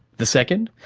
the second,